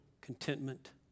contentment